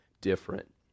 different